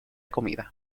comida